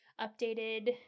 updated